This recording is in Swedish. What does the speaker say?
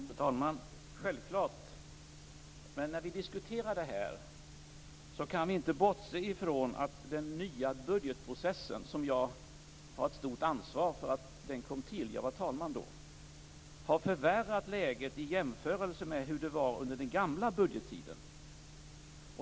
Fru talman! Självklart. Men när vi diskuterar det här kan vi inte bortse från att den nya budgetprocessen, vars tillkomst jag har ett stort ansvar för eftersom jag då var talman, har förvärrat läget i jämförelse med hur det var under den gamla budgettiden.